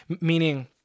meaning